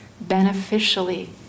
beneficially